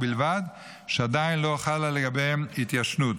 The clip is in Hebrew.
ובלבד שעדיין לא חלה לגביהם התיישנות.